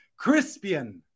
Crispian